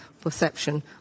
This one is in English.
perception